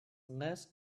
less